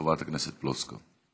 חברת הכנסת פלוסקוב.